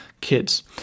kids